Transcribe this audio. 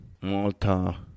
Malta